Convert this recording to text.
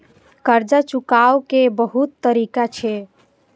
कर्जा चुकाव के बहुत तरीका छै?